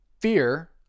fear